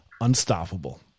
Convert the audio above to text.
unstoppable